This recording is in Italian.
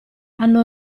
hanno